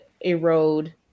erode